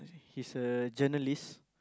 he's a journalist